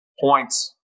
points